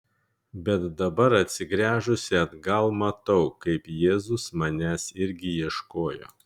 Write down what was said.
bet dabar atsigręžusi atgal matau kaip jėzus manęs irgi ieškojo